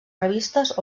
revistes